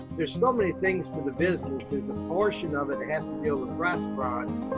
there's so many things to the business. there's a portion of it has to do with restaurants,